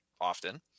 often